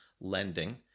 lending